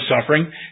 suffering